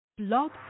Blog